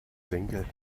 senkel